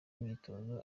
imyitozo